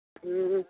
हँ